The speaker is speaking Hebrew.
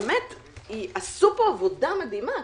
עשו פה עבודה מדהימה.